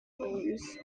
bruise